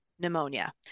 pneumonia